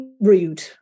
rude